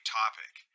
topic